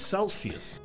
Celsius